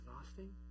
exhausting